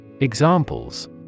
Examples